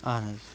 اہن حظ